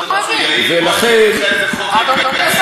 אני לא מבין.